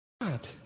God